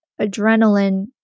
adrenaline